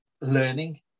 learning